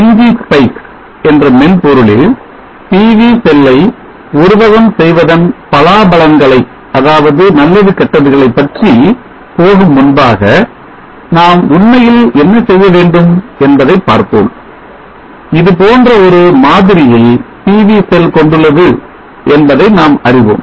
Ngspice என்ற மென்பொருளில் PV செல்லை உருவகம் செய்வதன் பலாபலன்களை அதாவது நல்லது கெட்டதுகளை பற்றி போகும் முன்பாக நாம் உண்மையில் என்ன செய்ய வேண்டும் என்பதை பார்ப்போம் இது போன்ற ஒரு மாதிரியை PV செல் கொண்டுள்ளது என்பதை நாம் அறிவோம்